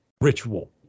ritual